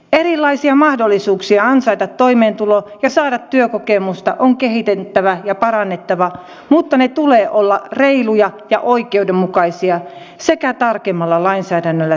erilaisia mahdollisuuksia ansaita toimeentulo ja saada työkokemusta on kehitettävä ja parannettava mutta niiden tulee olla reiluja ja oikeudenmukaisia sekä tarkemmalla lainsäädännöllä selkeytettyjä